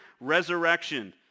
resurrection